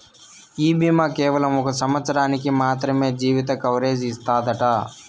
ఈ బీమా కేవలం ఒక సంవత్సరానికి మాత్రమే జీవిత కవరేజ్ ఇస్తాదట